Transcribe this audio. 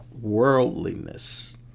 worldliness